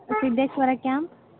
Siddheshwara camp